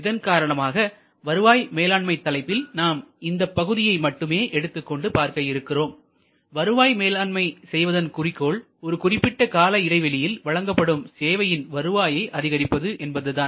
இதன் காரணமாக வருவாய் மேலாண்மை தலைப்பில் நாம் இந்த பகுதியை மட்டுமே எடுத்துக்கொண்டு பார்க்க இருக்கிறோம் வருவாய் மேலாண்மை செய்வதன் குறிக்கோள் ஒரு குறிப்பிட்ட கால இடைவெளியில் வழங்கப்படும் சேவையின் வருவாயை அதிகரிப்பது என்பதுதான்